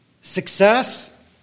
success